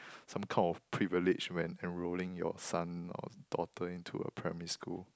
some kind of privilege when enrolling your son or daughter into a primary school